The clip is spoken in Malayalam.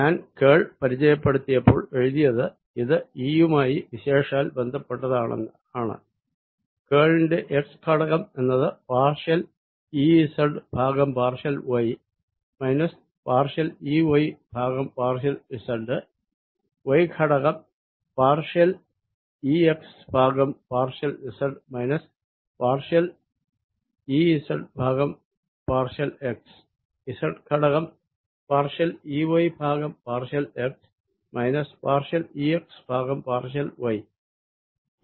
ഞാൻ കേൾ പരിചയപ്പെടുത്തിയപ്പോൾ എഴുതിയത് ഇത് E യു മായി വിശേഷാൽ ബന്ധപ്പെട്ടതാണ് കേൾ ന്റെ x ഘടകം എന്നത് പാർഷ്യൽ Ez ഭാഗം partial y minus partial Ey ഭാഗം പാർഷ്യൽ z y ഘടകം എന്നത് പാർഷ്യൽ Ex ഭാഗം partial z minus partial Ez ഭാഗം പാർഷ്യൽ x z ഘടകം എന്നത് പാർഷ്യൽ Ey ഭാഗം partial x minus partial E x ഭാഗം പാർഷ്യൽ y